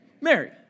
Mary